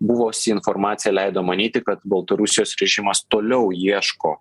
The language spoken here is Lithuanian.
buvusi informacija leido manyti kad baltarusijos režimas toliau ieško